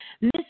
Miss